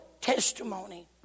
testimony